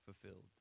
fulfilled